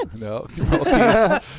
No